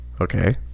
Okay